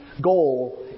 goal